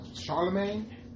Charlemagne